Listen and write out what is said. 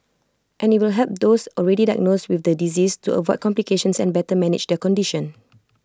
and IT will help those already diagnosed with the disease to avoid complications and better manage their condition